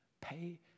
pay